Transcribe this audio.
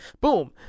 Boom